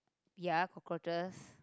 ya cockroaches